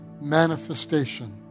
manifestation